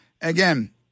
Again